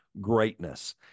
greatness